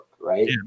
right